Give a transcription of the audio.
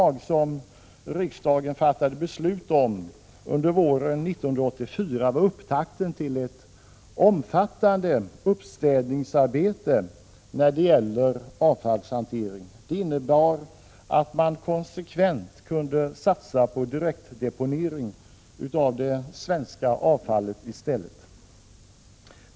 1986/87:127 riksdagen fattade beslut om våren 1984 var upptakten till ett omfattande 20 maj 1987 uppstädningsarbete i fråga om avfallshantering. Det innebar att man i stället konsekvent kunde satsa på direktdeponering av det svenska avfallet.